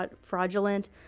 fraudulent